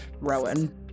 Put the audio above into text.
Rowan